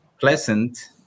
pleasant